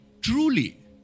truly